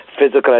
physical